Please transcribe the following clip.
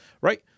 right